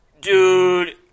Dude